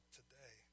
today